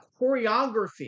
choreography